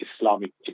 Islamic